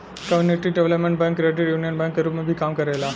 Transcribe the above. community development bank credit union bank के रूप में भी काम करेला